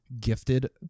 gifted